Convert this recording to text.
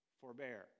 forbear